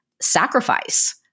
sacrifice